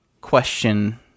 question